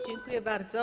Dziękuję bardzo.